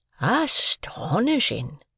Astonishing